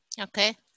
okay